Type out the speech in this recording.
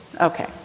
Okay